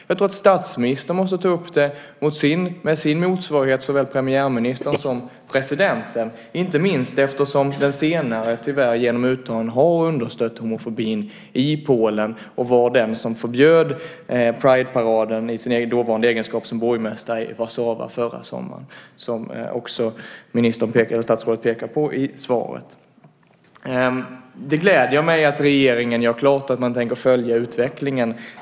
Jag tror att statsministern måste ta upp det med sin motsvarighet, såväl premiärministern som presidenten, inte minst eftersom den senare tyvärr genom uttalanden har understött homofobin i Polen och var den som förbjöd Prideparaden i sin dåvarande egenskap som borgmästare i Warszawa förra sommaren, som också statsrådet pekar på i svaret. Det gläder mig att regeringen gör klart att man tänker följa utvecklingen.